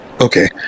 Okay